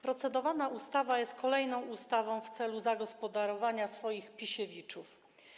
Procedowana ustawa jest kolejną ustawą w celu zagospodarowania swoich Pisiewiczów.